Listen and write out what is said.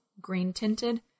green-tinted